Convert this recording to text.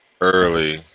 early